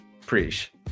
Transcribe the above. Preach